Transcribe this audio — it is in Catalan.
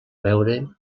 veure